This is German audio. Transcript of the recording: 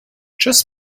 tschüss